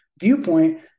viewpoint